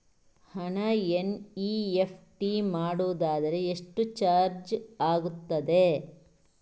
ಹಣ ಎನ್.ಇ.ಎಫ್.ಟಿ ಮಾಡುವುದಾದರೆ ಎಷ್ಟು ಚಾರ್ಜ್ ಆಗುತ್ತದೆ?